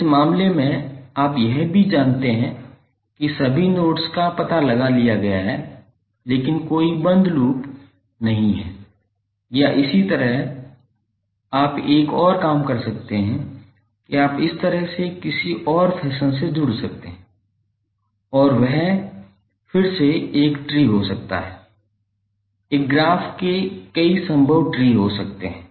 इस मामले में आप यह भी जानते हैं कि सभी नोड्स का पता लगा लिया गया है लेकिन कोई बंद लूप नहीं है या इसी तरह आप एक और काम कर सकते हैं कि आप इस तरह से किसी और फैशन से जुड़ सकते हैं यह और वह फिर से एक ट्री इसलिए हो सकता है एक ग्राफ के कई संभव विभिन्न ट्री हो